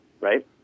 right